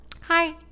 Hi